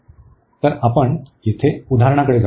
तर आपण येथे उदाहरणाकडे जाऊ